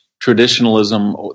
Traditionalism